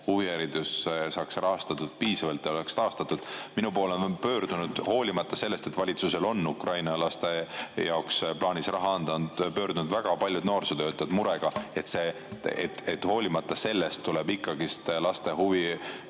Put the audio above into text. huviharidus saaks piisavalt rahastatud ja oleks taastatud? Minu poole on pöördunud, hoolimata sellest, et valitsusel on Ukraina laste jaoks plaanis raha anda, väga paljud noorsootöötajad murega, et hoolimata sellest tuleb ikkagi laste